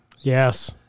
Yes